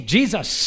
Jesus